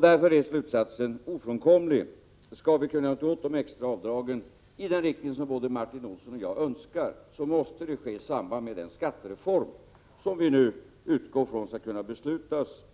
Därför är slutsatsen ofrånkomlig: Skall vi kunna förändra det extra avdraget i den riktning som både Martin Olsson och jag önskar, måste det ske i samband med den skattereform som vi nu utgår från skall kunna beslutas